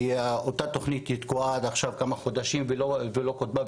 כי אותה תוכנית תקועה עד עכשיו כמה חודשים ולא קודמה,